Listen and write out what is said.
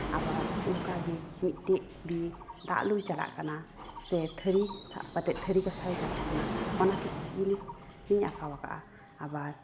ᱟᱵᱟᱨ ᱚᱱᱠᱟ ᱜᱮ ᱢᱤᱫᱴᱮᱡ ᱠᱩᱲᱤ ᱫᱟᱜ ᱞᱩᱭ ᱪᱟᱞᱟᱜ ᱠᱟᱱᱟ ᱥᱮ ᱛᱷᱟᱹᱨᱤ ᱥᱟᱵ ᱠᱟᱛᱮᱫ ᱛᱷᱟᱹᱨᱤ ᱜᱟᱥᱟᱣᱮ ᱪᱟᱞᱟᱜ ᱠᱟᱱᱟ ᱚᱱᱟ ᱠᱤᱪᱷᱩ ᱡᱤᱱᱤᱥ ᱤᱧ ᱟᱸᱠᱟᱣ ᱠᱟᱜᱼᱟ ᱟᱵᱟᱨ